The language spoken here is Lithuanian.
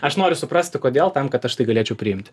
aš noriu suprasti kodėl tam kad aš tai galėčiau priimti